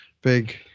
big